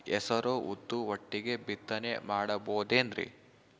ಹೆಸರು ಉದ್ದು ಒಟ್ಟಿಗೆ ಬಿತ್ತನೆ ಮಾಡಬೋದೇನ್ರಿ?